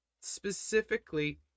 specifically